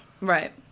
Right